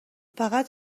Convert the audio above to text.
فقط